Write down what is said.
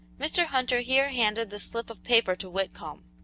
mr. hunter here handed the slip of paper to whitcomb.